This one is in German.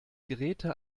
geräte